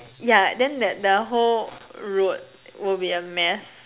yeah then that the whole road will be a mess